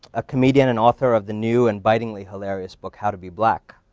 a comedian and author of the new and bitingly hilarious book, how to be black,